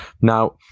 Now